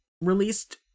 released